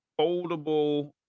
foldable